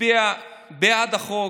הצביע בעד החוק,